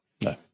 No